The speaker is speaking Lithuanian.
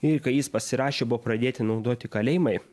ir kai jis pasirašė buvo pradėti naudoti kalėjimai